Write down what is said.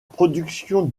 production